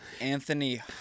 anthony